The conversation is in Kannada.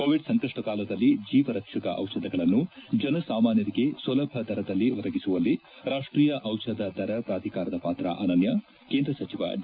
ಕೋವಿಡ್ ಸಂಕಷ್ಟ ಕಾಲದಲ್ಲಿ ಜೀವರಕ್ಷಕ ದಿಷಧಗಳನ್ನು ಜನಸಾಮಾನ್ಟರಿಗೆ ಸುಲಭ ದರದಲ್ಲಿ ಒದಗಿಸುವಲ್ಲಿ ರಾಷ್ಟೀಯ ಚಿಷಧ ದರ ಪ್ರಾಧಿಕಾರದ ಪಾತ್ರ ಅನನ್ನ ಕೇಂದ್ರ ಸಚಿವ ಡಿ